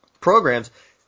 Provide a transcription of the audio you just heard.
Programs